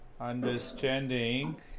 understanding